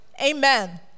amen